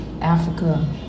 Africa